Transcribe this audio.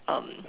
um